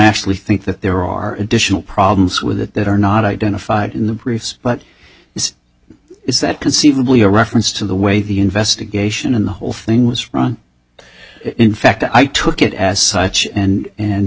actually think that there are additional problems with it that are not identified in the briefs but is that conceivably a reference to the way the investigation and the whole thing was run in fact i took it as such and